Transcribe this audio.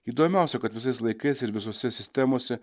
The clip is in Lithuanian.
įdomiausia kad visais laikais ir visose sistemose